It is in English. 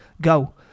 go